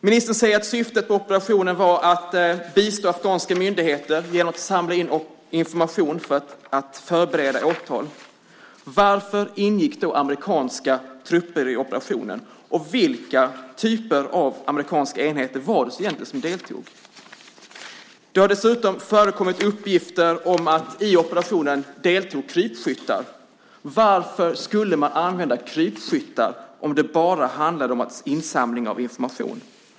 Ministern säger att syftet med operationen var "att bistå afghanska myndigheter genom att samla in information för att förbereda åtal". Varför ingick då amerikanska trupper i operationen? Vilken typ av amerikansk enhet var det egentligen som deltog? Det har dessutom förekommit uppgifter om att i operationen deltog krypskyttar. Varför skulle man använda krypskyttar om det bara handlade om insamling av information?